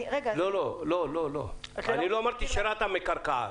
לא אמרתי שרת"א מקרקעת.